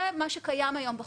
זה מה שקיים היום בחוק.